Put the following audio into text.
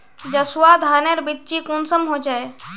जसवा धानेर बिच्ची कुंसम होचए?